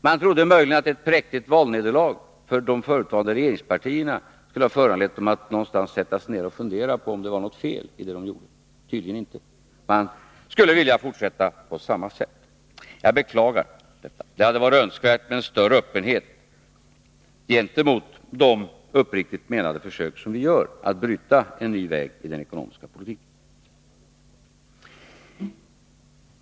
Man trodde att ett präktigt valnederlag för de förutvarande regeringspartierna möjligen skulle ha föranlett dem att någonstans sätta sig ned och fundera på om det var något fel i det de gjorde — det har de tydligen inte gjort. De skulle vilja fortsätta på samma sätt — jag beklagar detta. Det hade varit önskvärt med en större öppenhet gentemot de uppriktigt menade försök som vi gör att bryta en ny väg i den ekonomiska politiken.